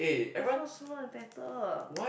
Air Force so much better